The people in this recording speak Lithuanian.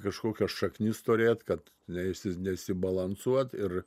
kažkokias šaknis turėt kad neisis neišsibalansuot ir